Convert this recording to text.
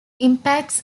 impacts